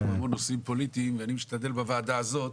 המון נושאים פוליטיים ואני משתדל בוועדה הזאת